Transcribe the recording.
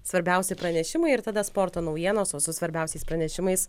svarbiausi pranešimai ir tada sporto naujienos o su svarbiausiais pranešimais